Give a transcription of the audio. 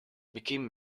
became